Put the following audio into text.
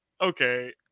okay